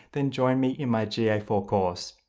then join me in my g a four course.